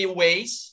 ways